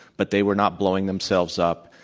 but they were not blowing themselves up.